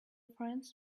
friends